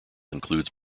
includes